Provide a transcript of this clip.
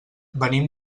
venim